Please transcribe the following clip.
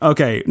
Okay